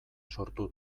sortu